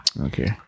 Okay